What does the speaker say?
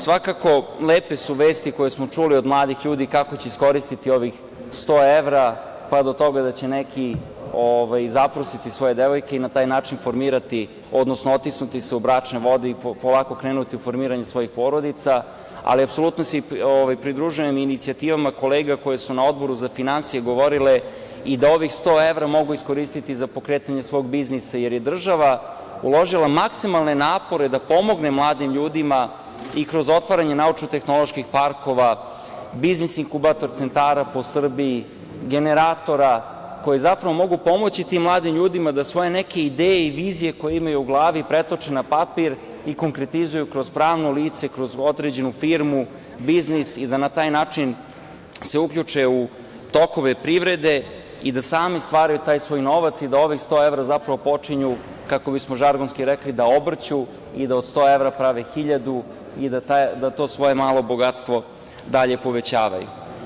Svakako, lepe su vesti koje smo čuli od mladih ljudi kako će iskoristiti ovih 100 evra, pa do toga da će neki zaprositi svoje devojke i na taj način formirati, odnosno otisnuti se u bračne vode i polako krenuti u formiranje svojih porodica, ali apsolutno se pridružujem i inicijativama kolega koji su na Odboru za finansije govorile i da ovih 100 evra mogu iskoristiti za pokretanje svog biznisa, jer je država uložila maksimalne napore da pomogne mladim ljudima i kroz otvaranje naučno-tehnoloških parkova, biznis inkubator centara po Srbiji, generatora koji zapravo mogu pomoći tim mladim ljudima da svoje neke ideje i vizije koje imaju u glavi pretoče na papir i konkretizuju kroz pravno lice, kroz određenu firmu, biznis i da na taj način se uključe u tokove privrede i da sami stvaraju taj svoj novac i da ovih 100 evra zapravo počinju kako bismo žargonski rekli, da obrću i da od 100 evra prave hiljadu i da to svoje malo bogatstvo dalje povećavaju.